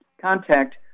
contact